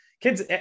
kids